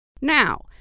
Now